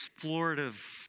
explorative